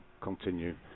continue